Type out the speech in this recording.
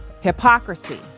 Hypocrisy